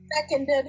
Seconded